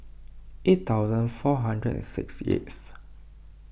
eight thousand four hundred and sixty eighth